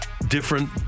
different